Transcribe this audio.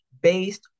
based